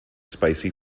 spicy